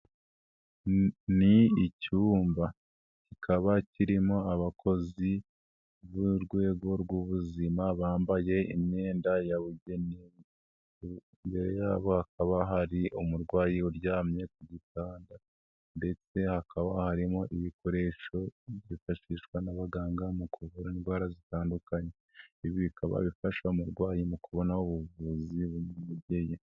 Ni icyumba, kikaba kirimo abakozi b'urwego rw'ubuzima bambaye imyenda yabugenewe, imbere yabo hakaba hari umurwayi uryamye ku gitanda ndetse hakaba harimo ibikoresho byifashishwa n'abaganga mu kuvura indwara zitandukanye, ibi bikaba bifasha umurwayi mu kubona ubuvuzi bunogeye.